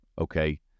okay